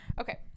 Okay